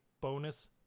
bonus